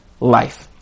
life